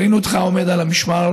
ראינו אותך עומד על המשמר.